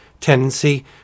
tendency